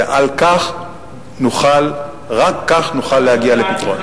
ורק כך נוכל להגיע לפתרון.